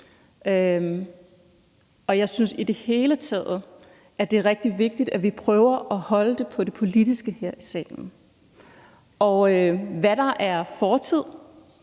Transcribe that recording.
Og jeg synes i det hele taget, at det er rigtig vigtigt, at vi prøver at holde det på det politiske plan her i salen. Hvad der er fortid,